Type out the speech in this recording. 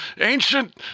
ancient